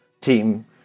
team